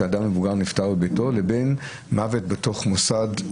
שאדם מבוגר נפטר בביתו לבין מוות בתוך מוסד.